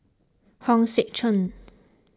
Hong Sek Chern